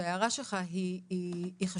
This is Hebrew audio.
שההערה שלך היא חשובה,